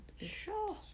Sure